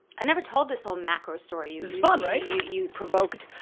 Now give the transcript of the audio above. i've never told this whole macro story it's fun right? you you provoked.